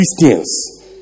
Christians